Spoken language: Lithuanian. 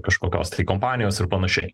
kažkokios tai kompanijos ir panašiai